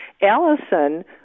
Allison